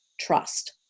trust